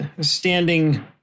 Standing